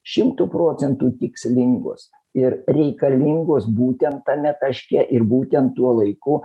šimtu procentų tikslingos ir reikalingos būtent tame taške ir būtent tuo laiku